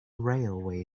railway